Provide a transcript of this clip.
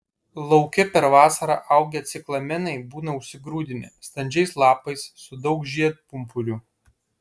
lauke per vasarą augę ciklamenai būna užsigrūdinę standžiais lapais su daug žiedpumpurių